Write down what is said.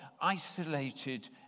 isolated